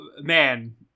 Man